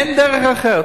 אין דרך אחרת.